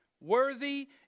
Worthy